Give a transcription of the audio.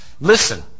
listen